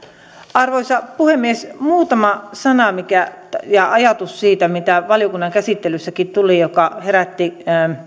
arvoisa puhemies muutama sana ja ajatus siitä mitä valiokunnan käsittelyssäkin tuli ja mikä herätti